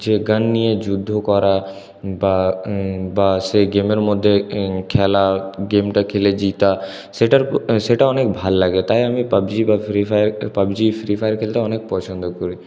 যে গান নিয়ে যুদ্ধ করা বা বা সেই গেমের মধ্যে খেলা গেমটা খেলে জেতা সেটার সেটা অনেক ভালো লাগে তাই আমি পাবজি বা free fire PUBG free fire খেলতে অনেক পছন্দ করি